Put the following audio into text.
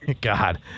God